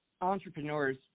entrepreneurs